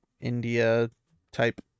India-type